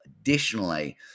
Additionally